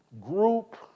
group